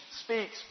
speaks